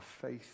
faith